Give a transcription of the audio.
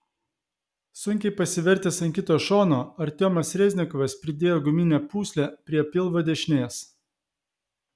sunkiai pasivertęs ant kito šono artiomas reznikovas pridėjo guminę pūslę prie pilvo dešinės